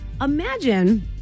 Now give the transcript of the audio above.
imagine